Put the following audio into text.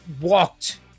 walked